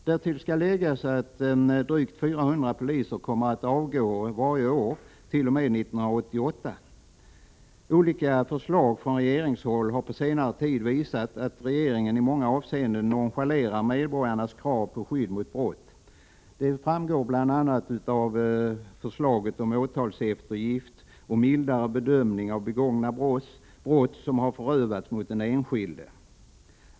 Därtill skall läggas att drygt 400 poliser kommer att avgå varje år t.o.m. 1988. Olika förslag från regeringshåll har på senare tid visat att regeringen i många avseenden nonchalerar medborgarnas krav på skydd mot brott. Det framgår bl.a. av förslaget om åtalseftergift och mildare bedömning av begångna brott som har förövats mot den enskilde.